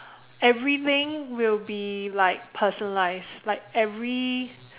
everything will be like personalised like every